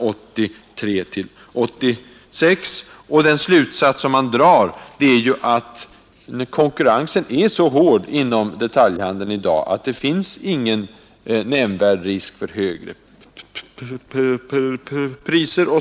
83—86. Den slutsats som utredningen drar är att konkurrensen är så hård inom detaljhandeln i dag att det inte finns någon nämnvärd risk för högre priser.